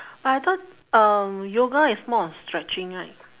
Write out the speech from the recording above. but I thought um yoga is more on stretching right